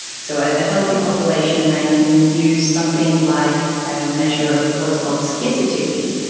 so ah a healthy population, and i can use something like a measure of what's called schizotypy,